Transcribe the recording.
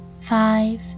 five